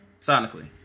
sonically